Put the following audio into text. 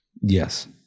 Yes